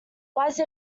wise